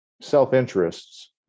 self-interests